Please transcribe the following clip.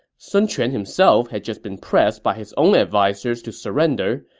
sun quan himself had just been pressed by his own advisers to surrender,